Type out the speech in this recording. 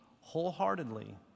wholeheartedly